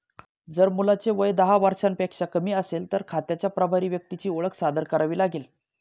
जर मुलाचे वय दहा वर्षांपेक्षा कमी असेल, तर खात्याच्या प्रभारी व्यक्तीची ओळख सादर करावी लागेल